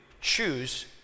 choose